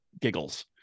giggles